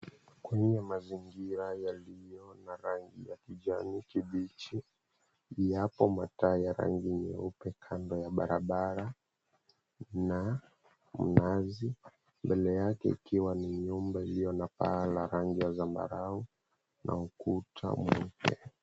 Kwenye mazingira yaliyo na rangi ya kijani kibichi, yapo mataa ya rangi nyeupe kando ya barabara, na mnazi. Mbele yake ikiwa ni nyumba iliyo na paa la rangi ya zambarau na ukuta mweupe.